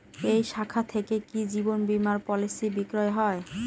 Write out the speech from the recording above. এই শাখা থেকে কি জীবন বীমার পলিসি বিক্রয় হয়?